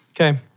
Okay